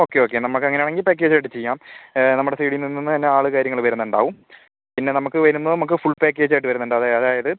okay okay നമുക്കങ്ങനെയാണെങ്കിൽ പാക്കേജായിട്ട് ചെയ്യാം നമ്മുടെ സൈഡിൽ നിന്ന് നിന്ന് തന്നെ ആൾ കാര്യങ്ങൾ വരുന്നുണ്ടാകും പിന്നെ നമുക്ക് വരുമ്പം നമുക്ക് ഫുൾ പാക്കേജായിട്ട് വരുന്നുണ്ട് അത് അതായത്